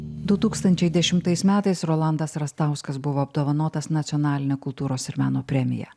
du tūkstančiai dešimtais metais rolandas rastauskas buvo apdovanotas nacionaline kultūros ir meno premija